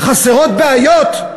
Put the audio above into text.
חסרות בעיות?